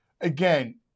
again